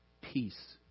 peace